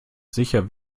sicher